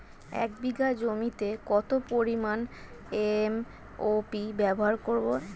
এক বিঘা জমিতে কত পরিমান এম.ও.পি ব্যবহার করব?